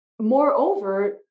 Moreover